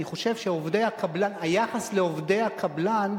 אני חושב שהיחס לעובדי הקבלן,